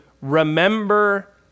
remember